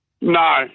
No